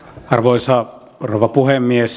arvoisa rouva puhemies